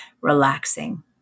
relaxing